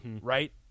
Right